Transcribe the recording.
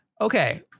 Okay